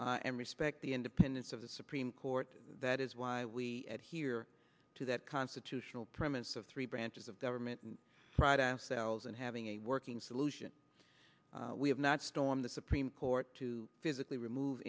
government and respect the independence of the supreme court that is why we adhere to that constitutional premise of three branches of government and fried ass cells and having a working solution we have not storm the supreme court to physically remove